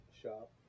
shop